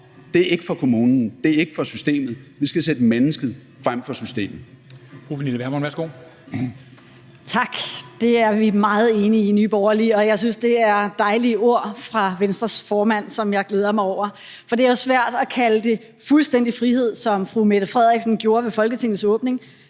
borgeren, ikke for kommunen, ikke for systemet. Vi skal sætte mennesket frem for systemet.